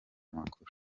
makuru